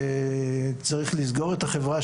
שצריך לסגור את החברה,